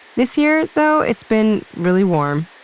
this year though, it's been really warm,